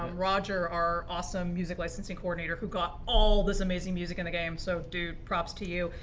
um roger, are awesome music licensing coordinator who got all this amazing music in the game, so dude, props to you,